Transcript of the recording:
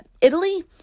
Italy